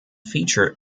feature